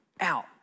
out